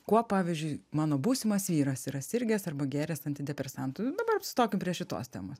kuo pavyzdžiui mano būsimas vyras yra sirgęs arba gėręs antidepresantu dabar stokim prie šitos temos